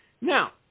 now